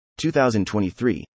2023